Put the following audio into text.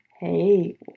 Hey